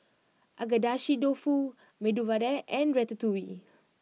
Agedashi Dofu Medu Vada and Ratatouille